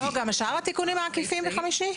לא, גם שאר התיקונים העקיפים בחמישי?